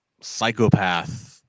Psychopath